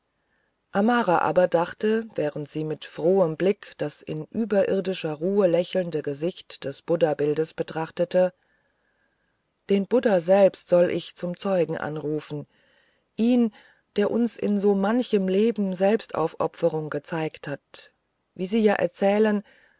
amara aber dachte während sie mit frohem blick das in überirdischer ruhe lächelnde gesicht des buddhabildes betrachtete den buddha selbst soll ich zum zeugen anrufen ihn der uns in so manchem leben selbstaufopferung gezeigt hat wie sie ja erzählen